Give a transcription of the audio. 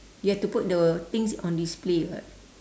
you have to put the things in display [what]